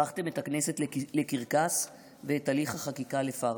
הפכתם את הכנסת לקרקס, ואת הליך החקיקה, לפארסה.